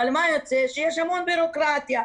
אבל יש המון בירוקרטיה.